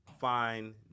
fine